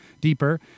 deeper